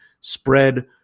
spread